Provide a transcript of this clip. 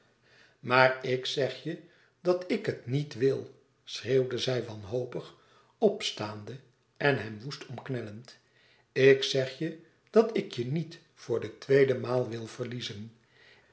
maar ik zeg je dat ik het niet wil schreeuwde zij wanhopig opstaande en hem woest omknellend ik zeg je dat ik je niet voor de tweede maal wil verliezen